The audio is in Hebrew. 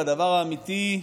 והדבר האמיתי,